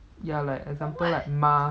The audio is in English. ya like example like